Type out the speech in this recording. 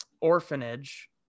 orphanage